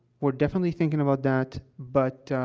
we're definitely thinking about that, but,